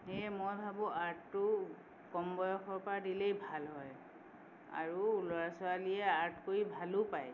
সেয়ে মই ভাবোঁ আৰ্টটো কম বয়সৰ পৰা দিলেই ভাল হয় আৰু ল'ৰা ছোৱালীয়ে আৰ্ট কৰি ভালো পায়